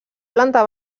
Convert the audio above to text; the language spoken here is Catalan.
planta